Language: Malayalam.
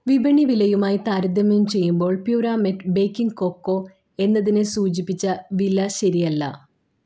വിപണി വിലയുമായി താരതമ്യം ചെയ്യുമ്പോൾ പ്യുരാമേറ്റ് ബേക്കിംഗ് കൊക്കോ എന്നതിന് സൂചിപ്പിച്ച വില ശെരിയല്ല